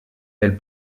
elle